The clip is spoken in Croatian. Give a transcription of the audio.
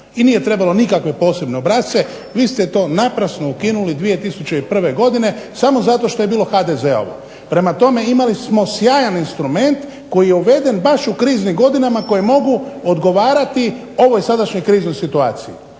I nije trebalo nikakve posebne obrasce. Vi ste to naprasno ukinuli 2001. godine samo zato što je bilo HDZ-ovo. Prema tome, imali smo sjajan instrument koji je uveden baš u kriznim godinama koje mogu odgovarati ovoj sadašnjoj kriznoj situaciji.